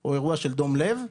או אירוע של דום לב,